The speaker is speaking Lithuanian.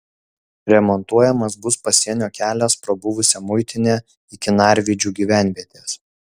remontuojamas bus pasienio kelias pro buvusią muitinę iki narvydžių gyvenvietės